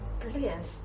Brilliant